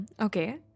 okay